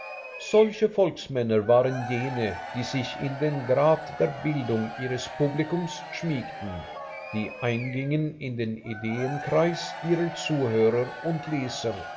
solche volksmänner waren jene die sich in den grad der bildung ihres publikums schmiegten die eingingen in den ideenkreis ihrer zuhörer und leser